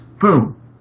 Boom